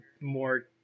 more